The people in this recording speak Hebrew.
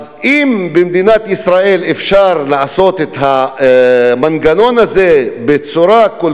אז אם במדינת ישראל אפשר לעשות את המנגנון הזה בצורה כל